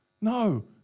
No